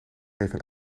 even